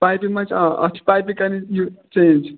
پایپہِ منٛز چھِ آ اَتھ چھِ پایپٕے کَرِنۍ یہِ چینٛج